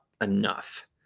enough